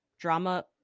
drama